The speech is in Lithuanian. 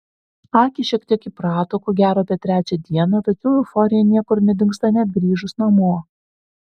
akys šiek tiek įprato ko gero apie trečią dieną tačiau euforija niekur nedingsta net grįžus namo